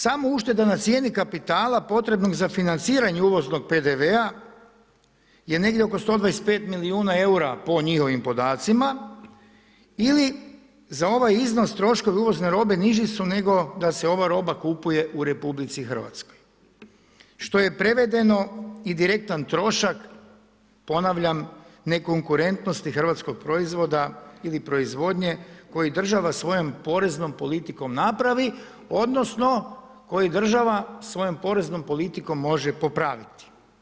Samo ušteda na cijeni kapitala potrebnog za financiranje uvoznog PDV-a je negdje oko 125 milijuna eura, po njihovim podacima ili za ovaj iznos troškovi uvozne robe niži su nego da se ova roba kupuje u RH, što je prevedeno i direktan trošak, ponavljam, nekonkurentnosti hrvatskog proizvoda ili proizvodnje koji država svojom poreznom politikom napravi odnosno koji država svojom poreznom politikom može popraviti.